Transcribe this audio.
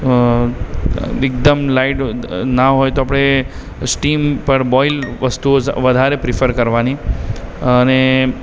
અ એકદમ લાઇટ ના હોય તો આપણે સ્ટીમ પર બોઈલ વસ્તુઓ વધારે પ્રેફર કરવાની અને